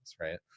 Right